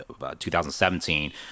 2017